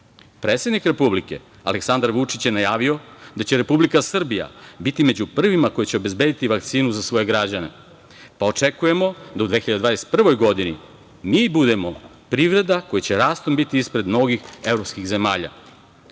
mestima. Predsednik Republike Aleksandar Vučić je najavio da će Republika Srbija biti među prvima koja će obezbediti vakcinu za svoje građane. Očekujemo da u 2021. godini mi budemo privreda koja će rastom biti ispred mnogih evropskih zemalja.